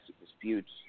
Disputes